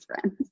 friends